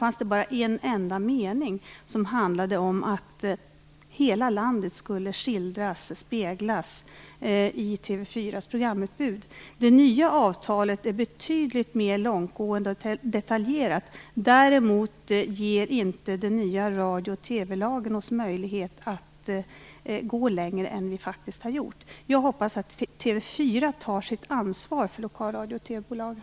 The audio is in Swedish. Det fanns bara en enda mening som handlade om att hela landet skulle skildras, speglas, i TV 4:s programutbud. Det nya avtalet är betydligt mer långtgående och detaljerat. Däremot ger inte den nya radio och TV lagen oss möjlighet att gå längre än vi faktiskt har gjort. Jag hoppas att TV 4 tar sitt ansvar för de lokala radio och TV-bolagen.